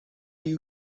you